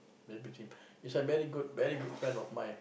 maybe tips he's a very good very good friend of mine